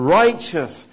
righteous